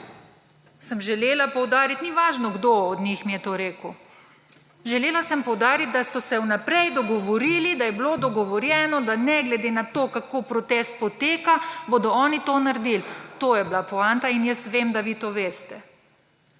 sem želela poudariti, ni važno, kdo od njih mi je to rekel, želela sem poudariti, da so se vnaprej dogovorili, da je bilo dogovorjeno, da ne glede na to, kako protest poteka, bodo oni to naredili. To je bila poanta in jaz vem, da vi to veste.